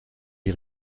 les